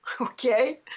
okay